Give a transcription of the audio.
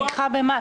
צמיחה במה?